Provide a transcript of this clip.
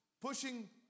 pushing